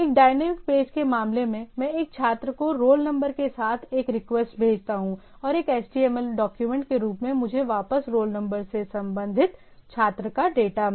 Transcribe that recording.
एक dynamic page के मामले में मैं एक छात्र के रोल नंबर के साथ एक रिक्वेस्ट भेजता हूं और एक एचटीएमएल डॉक्यूमेंट के रूप में मुझे वापस रोल नंबर से संबंधित छात्र का डेटा मिलता है